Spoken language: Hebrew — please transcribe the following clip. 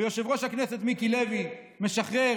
ויושב-ראש הכנסת מיקי לוי משחרר,